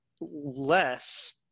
less